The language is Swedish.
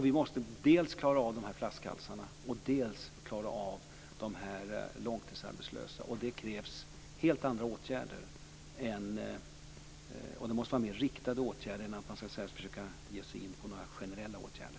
Vi måste dels klara av dessa flaskhalsar, dels klara av dessa långtidsarbetslösa. Och det krävs helt andra åtgärder än generella åtgärder. Det måste vara mer riktade åtgärder.